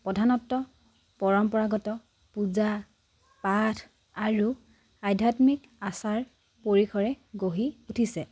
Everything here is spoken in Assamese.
প্ৰধানতঃ পৰম্পৰাগত পূজা পাঠ আৰু আধ্যাত্মিক আচাৰ পৰিসৰে গঢ়ি উঠিছে